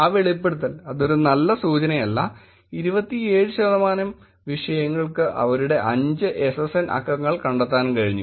ആ വെളിപ്പെടുത്തൽ അതൊരു നല്ല സൂചനയല്ല 27 ശതമാനം വിഷയങ്ങൾക്ക് അവരുടെ അഞ്ച് SSN അക്കങ്ങൾ കണ്ടെത്താൻ കഴിഞ്ഞു